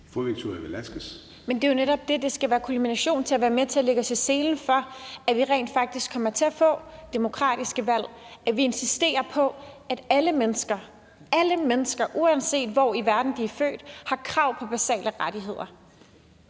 Victoria Velasquez (EL): Men det er jo netop det, der skal være kulminationen på det, altså vi lægger os i selen for, at vi rent faktisk kommer til at få demokratiske valg, og vi insisterer på, at alle mennesker – alle mennesker, uanset hvor i verden de er født – har krav på basale rettigheder.